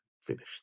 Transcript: finished